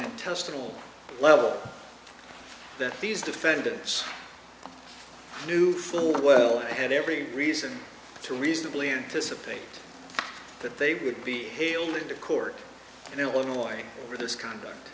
intestinal level that these defendants knew full well i had every reason to reasonably anticipate that they would be hailed into court in illinois for this conduct